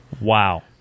Wow